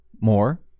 more